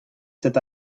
cet